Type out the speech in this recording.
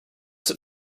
set